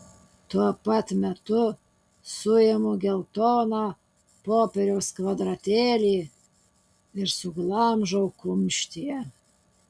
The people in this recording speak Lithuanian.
tuo pat metu suimu geltoną popieriaus kvadratėlį ir suglamžau kumštyje